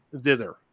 thither